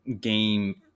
game